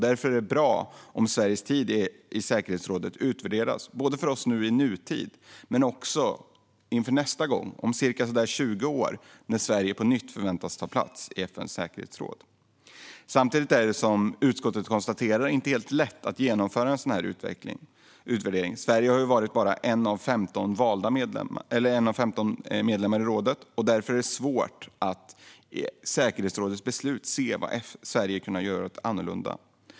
Därför är det bra om Sveriges tid i säkerhetsrådet utvärderas, både för oss i nutid och inför nästa gång om ca 20 år när Sverige på nytt förväntas ta plats i FN:s säkerhetsråd. Samtidigt är det, som utskottet konstaterar, inte helt lätt att genomföra en sådan utvärdering. Sverige var bara en av 15 medlemmar i rådet. Därför är det svårt att i säkerhetsrådets beslut se vad Sverige kunnat göra annorlunda.